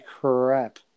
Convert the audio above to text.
crap